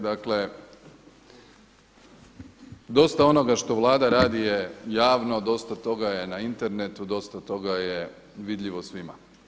Dakle dosta onoga što Vlada radi je javno, dosta toga je na internetu, dosta toga je vidljivo svima.